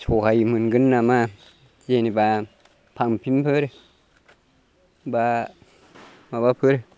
सहाय मोनगोन नामा जेनोबा पाम्पिंफोर बा माबाफोर